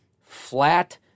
flat